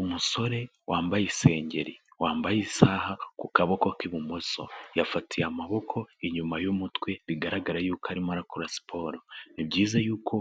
Umusore wambaye isengeri, wambaye isaha ku kaboko k'ibumoso, yafatiye amaboko inyuma y'umutwe bigaragara y’uko arimo arakora siporo. Ni byiza y’uko